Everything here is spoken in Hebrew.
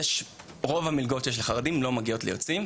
רוב המלגות שיש לחרדים הן לא מגיעות ליוצאים,